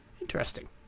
Interesting